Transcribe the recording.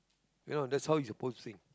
you know that's how you supposed to think